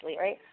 right